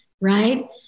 right